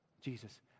Jesus